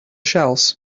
shells